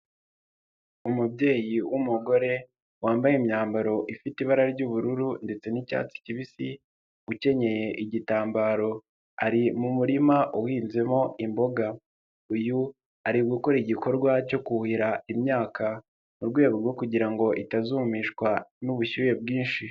Umubyeyi w'umugore wambaye imyambaro ifite ibara ry'ubururu ndetse n'icyatsi kibisi ukenyeye igitambaro ari mu murima uhinzemo imboga, uyu ari gukora igikorwa cyo kuhira imyaka mu rwego rwo kugira ngo itazumishwa n'ubushyuhe bwinshi.